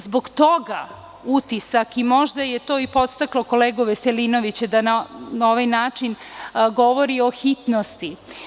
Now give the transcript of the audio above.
Zbog toga se stiče utisak i možda je to i podstaklo kolegu Veselinovića da na ovaj način govori o hitnosti.